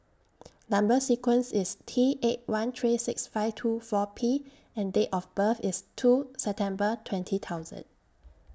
Number sequence IS T eight one three six five two four P and Date of birth IS two September twenty thousand